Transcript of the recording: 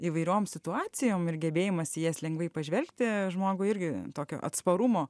įvairiom situacijom ir gebėjimas į jas lengvai pažvelgti žmogui irgi tokio atsparumo